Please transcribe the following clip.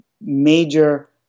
major